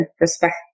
respect